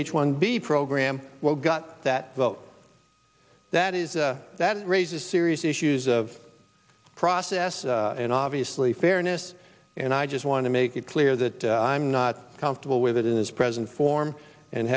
h one b program well got that vote that is that raises serious issues of process and obviously fairness and i just want to make it clear that i'm not comfortable with it in its present form and